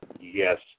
Yes